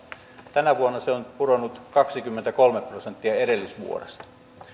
tänä vuonna se on pudonnut kaksikymmentäkolme prosenttia edellisvuodesta